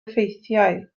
effeithiau